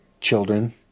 children